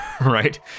right